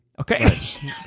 Okay